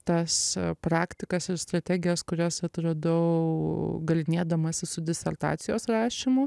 tas praktikas ir strategijas kurias atradau galynėdamasi su disertacijos rašymu